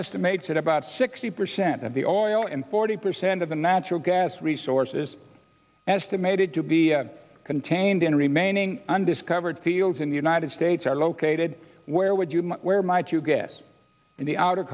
estimates that about sixty percent of the oil and forty percent of the natural gas resources estimated to be contained in remaining undiscovered fields in the united states are located where would you where might you guess in the outer